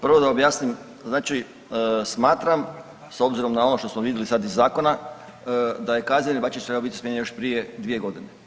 Prvo da objasnim, znači smatram s obzirom na ono što smo vidjeli sad iz zakona da je Kazimir Bačić trebao biti smijenjen još prije dvije godine.